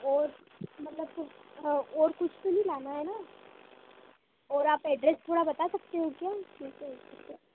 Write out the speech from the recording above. और मतलब कुछ और कुछ नहीं लाना है ना और आप एड्रेस थोड़ा बता सकते हो क्या मेरको